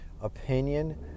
opinion